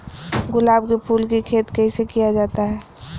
गुलाब के फूल की खेत कैसे किया जाता है?